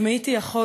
אם הייתי יכול,